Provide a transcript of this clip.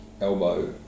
elbow